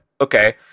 Okay